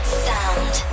sound